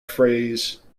phrase